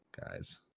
guys